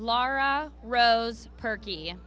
lara rose perky